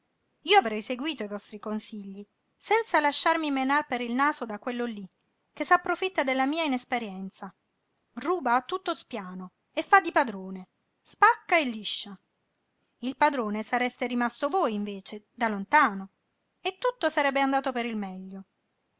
io avrei seguito i vostri consigli senza lasciarmi menar per il naso da quello lí che s'approfitta della mia inesperienza ruba a tutto spiano e fa di padrone spacca-e-liscia il padrone sareste rimasto voi invece da lontano e tutto sarebbe andato per il